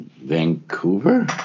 Vancouver